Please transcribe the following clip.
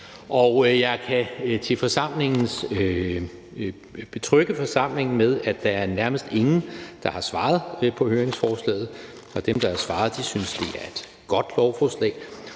jeg kan betrygge forsamlingen med, at der nærmest er ingen, der har svaret på høringsforslaget, og dem, der har svaret, synes, at det er et godt lovforslag.